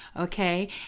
okay